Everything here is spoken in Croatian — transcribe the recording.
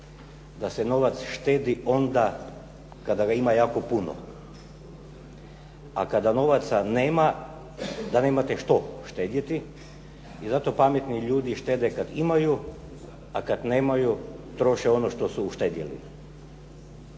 da se novac štedi onda kada ga ima jako puno? A kada novaca nema, da nemate što štedjeti i zato pametni ljudi štede kad imaju, a kad nemaju troše ono što su uštedjeli.